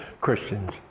Christians